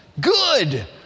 Good